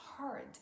hard